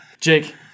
Jake